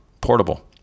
portable